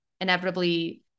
inevitably